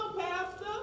Pastor